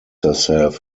herself